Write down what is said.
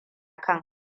kan